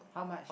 how much